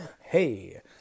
Hey